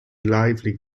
lively